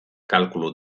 kalkulu